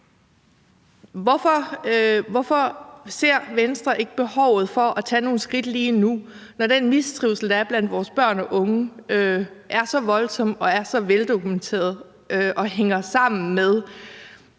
Hvorfor ser Venstre ikke behovet for at tage nogle skridt lige nu, når den mistrivsel, der er blandt vores børn og unge, er så voldsom, er så veldokumenteret og hænger sammen med